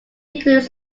includes